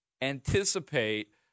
anticipate